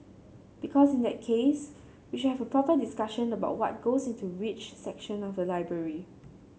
because in that case we should have a proper discussion about what goes into which section of the library